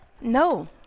no